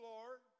Lord